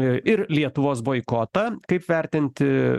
ir lietuvos boikotą kaip vertinti